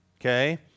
Okay